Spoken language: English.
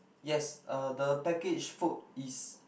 yes uh the packaged food is